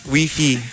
WiFi